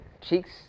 Cheeks